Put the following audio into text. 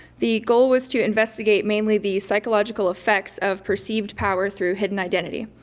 the goal was to investigate mainly the psychological effects of perceived power through hidden identity.